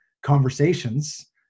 conversations